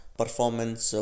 performance